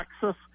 Texas